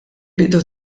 bidu